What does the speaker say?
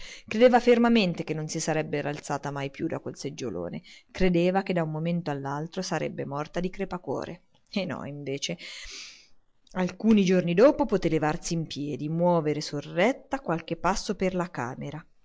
credeva fermamente che non si sarebbe rialzata mai più da quel seggiolone credeva che da un momento all'altro sarebbe morta di crepacuore e no invece dopo alcuni giorni poté levarsi in piedi muovere sorretta qualche passo per la camera